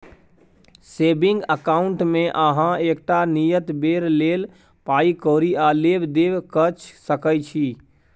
saving अकाउंटमे अहाँ एकटा नियत बेर लेल पाइ कौरी आ लेब देब कअ सकै छी